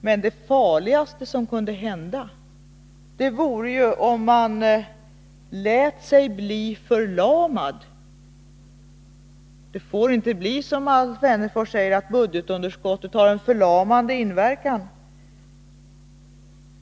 Men det farligaste som kunde hända vore om man lät sig bli förlamad. Det får inte bli så som Alf Wennerfors säger att budgetunderskottet har en förlamande inverkan.